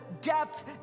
depth